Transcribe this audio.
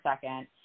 second